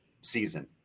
season